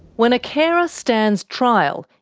when a carer stands trial,